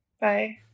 Bye